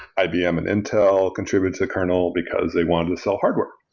ibm and intel contribute to the kernel because they want to sell hardware.